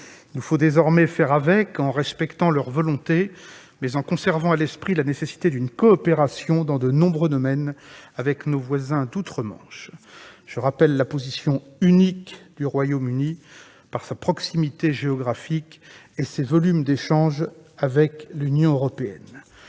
Il nous faut désormais faire avec, en respectant leur volonté, mais en conservant à l'esprit la nécessité d'une coopération dans de nombreux domaines avec nos voisins d'outre-Manche. Je rappelle la position unique du Royaume-Uni par sa proximité géographique et ses volumes d'échanges avec l'Union européenne.